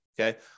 Okay